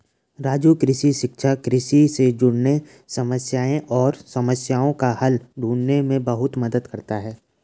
राजू कृषि शिक्षा कृषि से जुड़े समस्याएं और समस्याओं का हल ढूंढने में बहुत मदद करता है